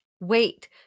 wait